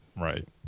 Right